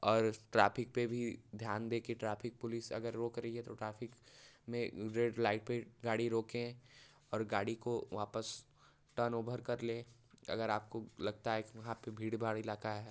और ट्राफिक पे भी ध्यान दें कि ट्राफिक पुलिस अगर रोक रही है तो ट्राफिक में रेड लाइट पे गाड़ी रोकें और गाड़ी को वापस टर्न वोभर कर लें अगर आपको लगता है कि वहाँ पे भीड़ भाड़ इलाका है